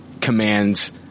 commands